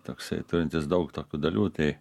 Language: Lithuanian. toksai turintis daug tokių dalių tai